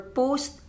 post